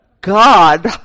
God